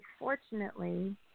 unfortunately